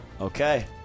Okay